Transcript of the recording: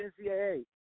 NCAA